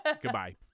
Goodbye